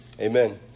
Amen